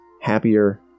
happier